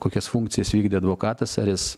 kokias funkcijas vykdė advokatas ar jis